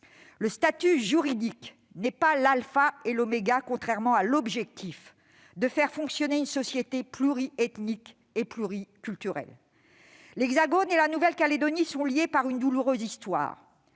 Le statut juridique n'est pas l'alpha et l'oméga, contrairement à l'objectif de faire fonctionner une société pluriethnique et pluriculturelle. L'Hexagone et la Nouvelle-Calédonie sont liés par une douloureuse histoire.